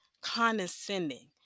condescending